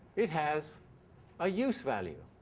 it has a use-value.